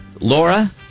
Laura